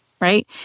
right